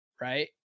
right